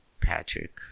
Patrick